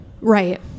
right